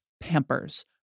Pampers